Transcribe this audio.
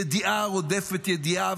ידיעה רודפת ידיעה,